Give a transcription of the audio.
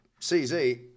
CZ